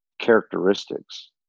characteristics